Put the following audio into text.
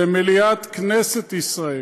במליאת כנסת ישראל,